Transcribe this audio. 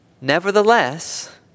Nevertheless